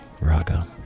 raga